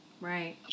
right